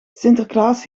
sinterklaas